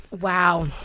Wow